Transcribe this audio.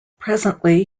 presently